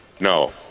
No